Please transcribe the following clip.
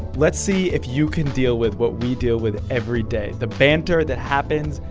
let's see if you can deal with what we deal with every day, the banter that happens.